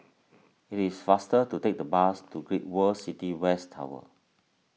it is faster to take the bus to Great World City West Tower